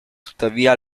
tuttavia